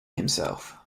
himself